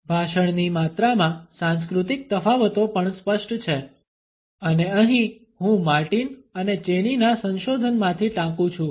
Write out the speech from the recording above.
ભાષણની માત્રામાં સાંસ્કૃતિક તફાવતો પણ સ્પષ્ટ છે અને અહીં હું માર્ટિન અને ચેનીના સંશોધનમાંથી ટાંકું છું